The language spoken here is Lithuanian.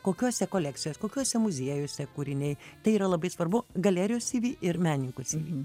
kokiose kolekcijos kokiuose muziejuose kūriniai tai yra labai svarbu galerijos sivi ir meninko sivi